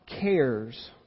cares